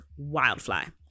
wildfly